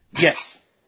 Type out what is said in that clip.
Yes